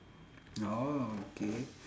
orh okay